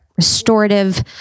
restorative